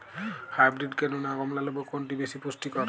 Hybrid কেনু না কমলা লেবু কোনটি বেশি পুষ্টিকর?